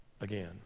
again